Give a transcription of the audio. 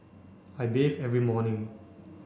I bathe every morning